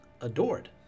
adored